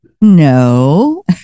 No